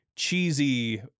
cheesy